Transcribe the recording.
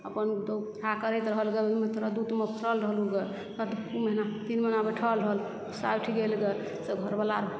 अपन व्यवस्था करैत रहल गे ओहीमे तरद्दुतमे पड़ल रहलहुँ गे दू महिना तीन महिना बैठल रहल उठि गेल से घरवला